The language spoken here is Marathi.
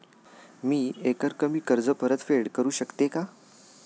मी एकरकमी कर्ज परतफेड करू शकते का?